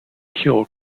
kill